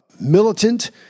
militant